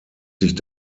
sich